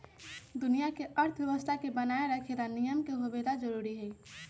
दुनिया के अर्थव्यवस्था के बनाये रखे ला नियम के होवे ला जरूरी हई